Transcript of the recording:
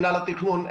מינהל התכנון,